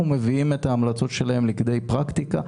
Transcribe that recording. מביאים את ההמלצות שלהם לכדי פרקטיקה,